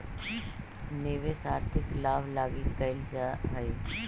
निवेश आर्थिक लाभ लगी कैल जा हई